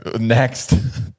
next